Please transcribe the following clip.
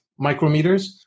micrometers